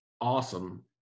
awesome